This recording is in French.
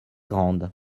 grande